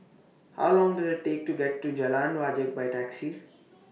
How Long Does IT Take to get to Jalan Wajek By Taxi